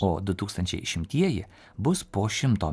o du tūkstančiai šimtieji bus po šimto